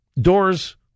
doors